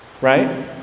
right